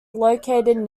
located